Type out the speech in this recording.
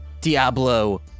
Diablo